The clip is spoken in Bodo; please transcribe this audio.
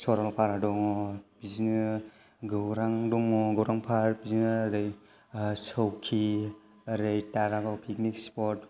सरलपारा दङ बिदिनो गौरां दङ गौरां पार्क बिदिनो ओरै सौकि ओरै दारागाव पिकनिक स्पत